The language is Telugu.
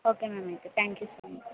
ఓకే మ్యామ్ అయితే థాంక్ యూ సో మచ్